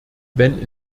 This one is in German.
wenn